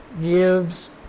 gives